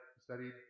studied